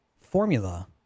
formula